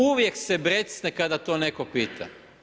Uvijek se brecne kada to netko pita.